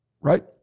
Right